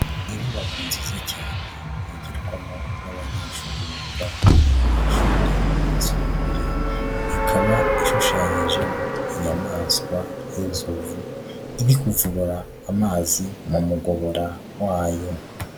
Inyubako nziza cyane yigirwamo n'abanyeshuri biga mu mashuri yisumbuye, ikaba ishushanyijeho inyamaswa y'inzovu iri ku kuvura amazi mu mugobora wayo.